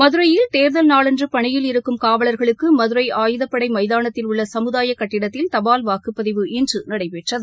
மதுரையில் தேர்தல் நாளன்று பனியில் இருக்கும் காவலர்களுக்கு மதுரை ஆயுதப்படை மைதானத்தில் உள்ள சமுதாய கட்டிடத்தில் தபால் வாக்குப்பதிவு இன்று நடைபெற்றது